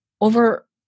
over